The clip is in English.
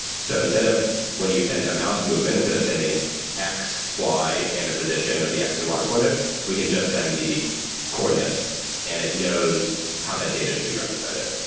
so instead of when you send a mouse movement, instead of sending x, y, and the position of the x and y coordinates, we can just send the coordinates and it knows how the data should be represented.